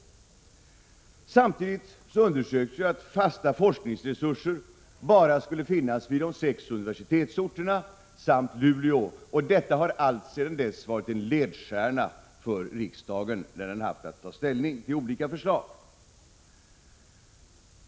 Samtidigt underströks att fasta forskningsresurser bara skulle finnas vid de sex universitetsorterna samt i Luleå. Detta har alltsedan dess varit en ledstjärna för riksdagen när den har haft att ta ställning till olika förslag.